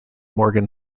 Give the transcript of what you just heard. morgan